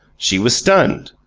she was stunned.